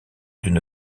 d’une